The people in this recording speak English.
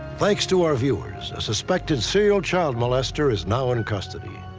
thanks to our viewers, a suspected serial child molester is now in custody.